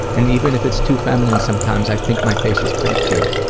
and even if it's too feminine sometimes i think my face is pretty cute.